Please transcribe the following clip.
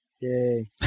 Yay